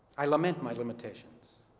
i lament my limitations.